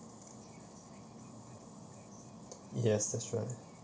yes that's right